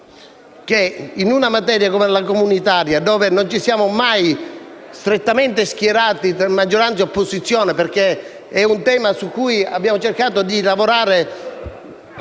che in una materia come la legge europea, su cui non ci siamo mai strettamente schierati tra maggioranza e opposizione, perché è un tema su cui abbiamo cercato di lavorare